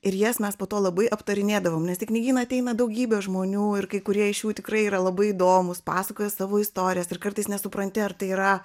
ir jas mes po to labai aptarinėdavom nes į knygyną ateina daugybė žmonių ir kai kurie iš jų tikrai yra labai įdomūs pasakoja savo istorijas ir kartais nesupranti ar tai yra